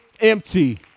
empty